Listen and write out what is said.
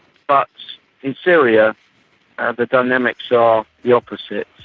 but in syria the dynamics are the opposite,